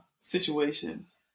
situations